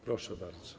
Proszę bardzo.